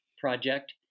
project